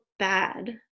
Bad